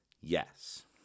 Yes